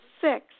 six